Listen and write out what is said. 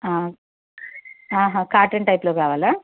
cotton టైప్లో కావాల